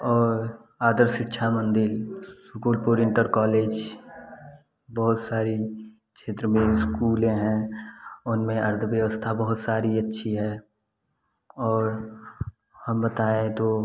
और आदर शिक्षा मंदिर शकुरपुर इंटर कॉलेज बहुत सारी क्षेत्र में इस्कूलें हैं उनमें अर्धव्यवस्था बहुत सारी अच्छी है और हम बताऍं तो